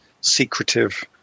secretive